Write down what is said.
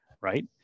right